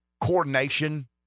coordination